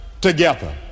together